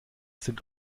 sind